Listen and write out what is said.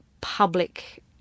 public